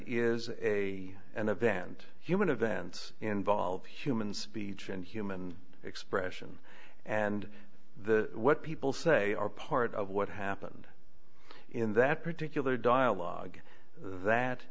is a an event human events involve human speech and human expression and the what people say are part of what happened in that particular dialogue that